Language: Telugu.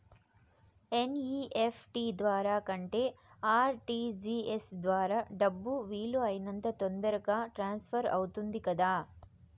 ఎన్.ఇ.ఎఫ్.టి ద్వారా కంటే ఆర్.టి.జి.ఎస్ ద్వారా డబ్బు వీలు అయినంత తొందరగా ట్రాన్స్ఫర్ అవుతుంది కదా